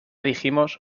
dijimos